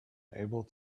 able